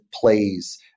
plays